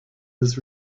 was